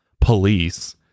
police